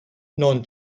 non